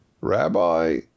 Rabbi